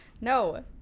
No